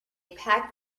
packed